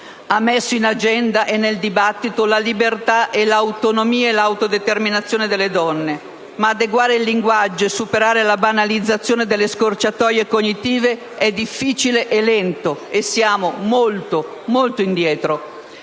ha messo in agenda e nel dibattito la libertà, l'autonomia e l'autodeterminazione delle donne. Ma adeguare il linguaggio e superare la banalizzazione delle scorciatoie cognitive è difficile e lento, e siamo molto, molto indietro.